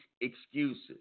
excuses